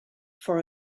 for